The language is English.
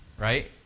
Right